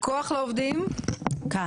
כוח לעובדים, בבקשה.